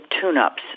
tune-ups